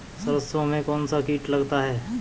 सरसों में कौनसा कीट लगता है?